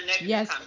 Yes